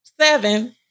seven